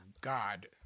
God